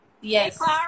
yes